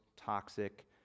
toxic